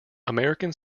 american